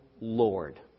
Lord